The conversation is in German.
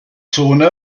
zone